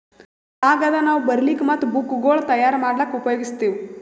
ಕಾಗದ್ ನಾವ್ ಬರಿಲಿಕ್ ಮತ್ತ್ ಬುಕ್ಗೋಳ್ ತಯಾರ್ ಮಾಡ್ಲಾಕ್ಕ್ ಉಪಯೋಗಸ್ತೀವ್